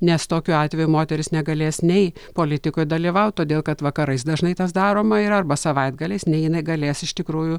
nes tokiu atveju moteris negalės nei politikoj dalyvaut todėl kad vakarais dažnai tas daroma yra arba savaitgaliais nei jinai galės iš tikrųjų